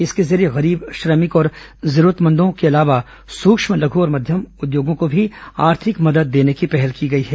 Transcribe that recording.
इसके जरिये गरीब श्रमिक और जरूरतमंदों के अलावा सुक्ष्म लघ और मध्यम उद्योगों को भी आर्थिक मदद देने की पहल की गई है